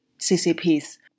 CCP's